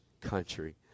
country